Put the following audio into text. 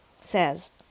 says